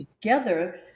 together